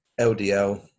LDL